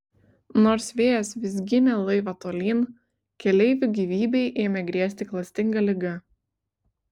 nors vėjas vis ginė laivą tolyn keleivių gyvybei ėmė grėsti klastinga liga